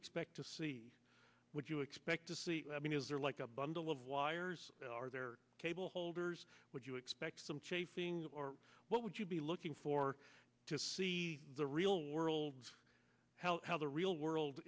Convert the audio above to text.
expect to see would you expect to see i mean is there like a bundle of wires are there cable holders would you expect some chafing or what would you be looking for to see the real world the real world